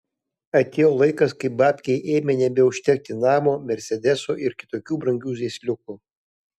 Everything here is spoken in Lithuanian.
atėjo laikas kai babkei ėmė nebeužtekti namo mersedeso ir kitokių brangių žaisliukų